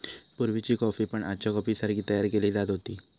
पुर्वीची कॉफी पण आजच्या कॉफीसारखी तयार केली जात होती